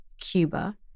Cuba